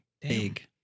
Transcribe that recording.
big